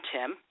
Tim